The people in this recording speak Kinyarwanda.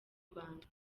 rwanda